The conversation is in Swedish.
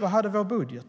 Vi hade i vår budget